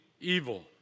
evil